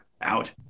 out